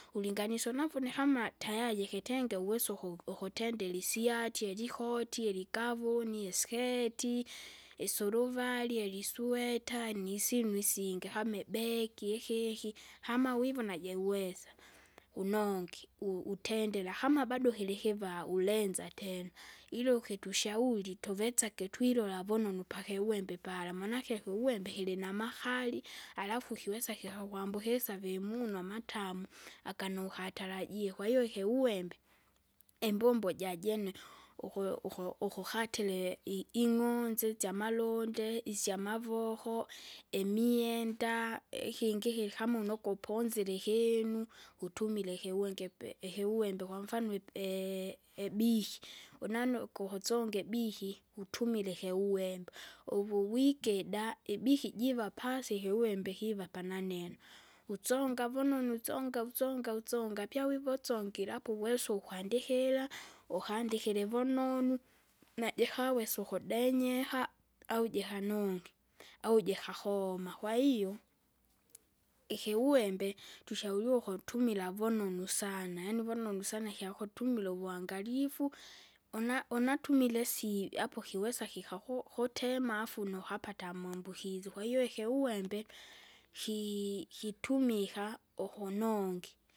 Ulinganisye unavune kama tayari jikitenge uwesa ukuvu- ukutendela ilisyati, ilikoti, iligavuni, isketi, isuruvari, elisweta nisimu isinge kama ibegi, ikiki, kama wivona jeuweza, unongi, u- utendela, kama bado kilikiva ulenza tena. Ila ukitushauri tuvetsake twilola vunonu mpaka iwembe pala, manake kiuwembe kilinamakali, alafu kiwesa kikakwambukisya vimunu amatamu, aganukatarajia. Kwahiyo ikiuwembe, imbombo jajene, uku- uku- ukukatila i- ing'onze tsyamalunde, isyamavoko, imienda, ikingi- ki kama unokuponzire ikinu, utumila ikiwingi- pi ikiwembe kwamfano ipi ibiki. Unanue ukuhusunga ibiki utumile ikiuwembe, uvuwikida, ibiki jiva pasi ikiwembe kiva pananeno, utsonga vunonu utsonga utsonga utsonga. Apya wiva usongire apo uwesa ukwandikira, ukandikire vunonu, najikawesa ukudenyeha, au jehanonge, au jikahoma. Kwahiyo, ikiuwembe tushauriwa ukutumila vunonu sana, yaani vunonu sana ikyakutumira uvuangalifu, una- unatumila isi apo kiwesa kikaku- kutema afu nukapata amambukizi, kwahiyo ikiuwembe, kii- kitumika, ukunongi.